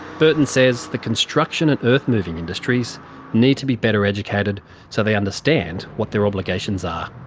burton says the construction and earth moving industries need to be better educated so they understand what their obligations are.